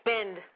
spend